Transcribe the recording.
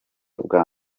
bwa